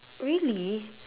really